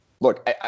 look